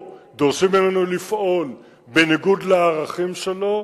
דורשים ממנו לפעול בניגוד לערכים שלו,